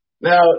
Now